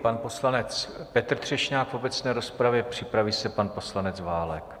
Pan poslanec Petr Třešňák v obecné rozpravě, připraví se pan poslanec Válek.